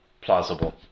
Plausible